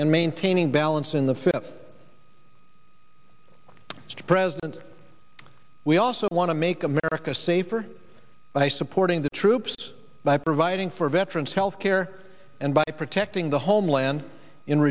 and maintaining balance in the film mr president we also want to make america safer by supporting the troops by providing for veterans health care and by protecting the homeland